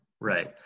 Right